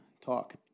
talk